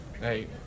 hey